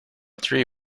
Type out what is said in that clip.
three